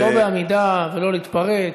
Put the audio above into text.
חבר הכנסת חזן, לא בעמידה ולא להתפרץ.